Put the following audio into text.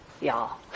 y'all